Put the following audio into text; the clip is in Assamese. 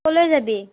ক'লৈ যাবি